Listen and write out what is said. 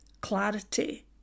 clarity